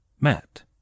Matt